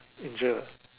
injured ah